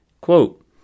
Quote